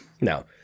No